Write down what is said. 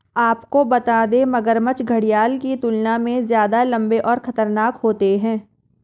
आपको बता दें, मगरमच्छ घड़ियाल की तुलना में ज्यादा लम्बे और खतरनाक होते हैं